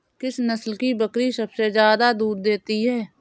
किस नस्ल की बकरी सबसे ज्यादा दूध देती है?